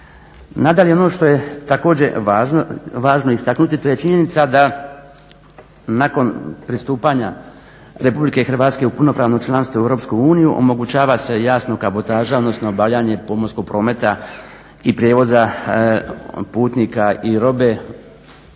Nadalje, ono što je također važno, važno je istaknut to je činjenica da nakon pristupanja RH u punopravno članstvo u EU omogućava se jasno kabotaža odnosno obavljanje pomorskog prometa i prijevoza putnika i robe